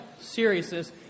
seriousness